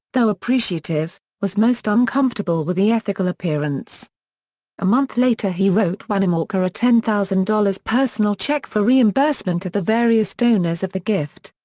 though appreciative, was most uncomfortable with the ethical appearance a month later he wrote wanamaker a ten thousand dollars personal check for reimbursement to the various donors of the gift.